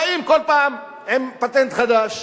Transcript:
באים כל פעם עם פטנט חדש.